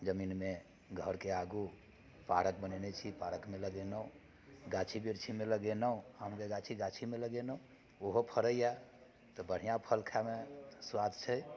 जमीनमे घरके आगू पारक बनेने छी पारकमे लगेलहुँ गाछी वृक्षीमे लगेलहुँ आमके गाछी गाछीमे लगेलहुँ ओहो फड़ैया तऽ बढ़िआँ फल खाएमे स्वाद छै